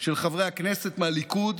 של חברי הכנסת מהליכוד,